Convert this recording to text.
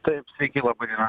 taip sveiki laba diena